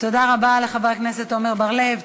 תודה רבה לחבר הכנסת עמר בר-לב.